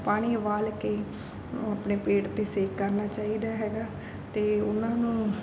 ਪਾਣੀ ਉਬਾਲ ਕੇ ਆਪਣੇ ਪੇਟ 'ਤੇ ਸੇਕ ਕਰਨਾ ਚਾਹੀਦਾ ਹੈਗਾ ਅਤੇ ਉਹਨਾਂ ਨੂੰ